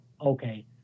okay